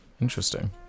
Interesting